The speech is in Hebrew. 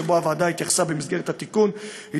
שהוועדה התייחסה אליו במסגרת התיקון הוא